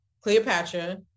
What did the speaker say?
Cleopatra